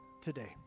today